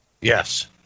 Yes